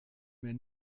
mehr